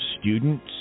students